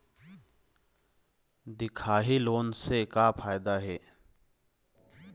दिखाही लोन से का फायदा हे?